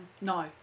No